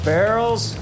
Barrels